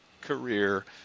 career